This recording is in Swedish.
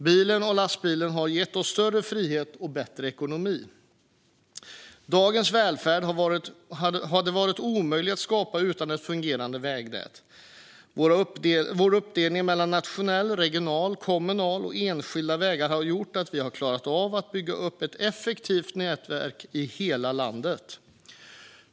Bilen och lastbilen har gett oss större frihet och bättre ekonomi. Dagens välfärd hade varit omöjlig att skapa utan ett fungerande vägnät. Vår uppdelning mellan nationella, regionala, kommunala och enskilda vägar har gjort att vi har klarat av att bygga upp ett effektivt vägnät i hela landet.